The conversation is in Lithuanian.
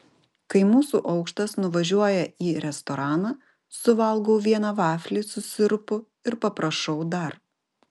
kai mūsų aukštas nuvažiuoja į restoraną suvalgau vieną vaflį su sirupu ir paprašau dar